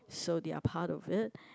so they're part of it